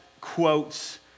quotes